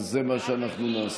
אז זה מה שאנחנו נעשה.